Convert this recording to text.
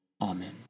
Amen